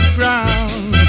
ground